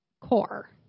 core